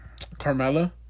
Carmella